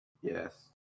Yes